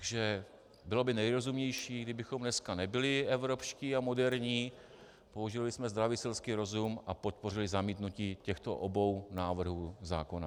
Takže bylo by nejrozumnější, kdybychom dnes nebyli evropští a moderní, použili bychom zdravý selský rozum a podpořili zamítnutí těchto obou návrhů zákonů.